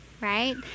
right